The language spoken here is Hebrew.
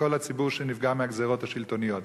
מכל הציבור שנפגע מהגזירות השלטוניות.